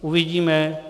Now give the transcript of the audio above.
Uvidíme.